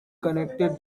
connected